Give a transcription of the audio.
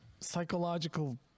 psychological